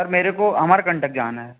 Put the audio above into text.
sir मेरे को Amarkantak जाना है